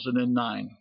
2009